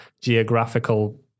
geographical